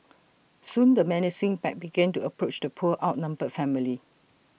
soon the menacing pack began to approach the poor outnumbered family